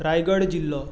रायगड जिल्लो